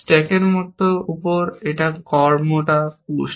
স্ট্যাকের উপর একটি কর্ম পুসড